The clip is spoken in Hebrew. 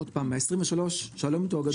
עוד פעם ה-23 שלא מתואגדות?